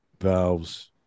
valves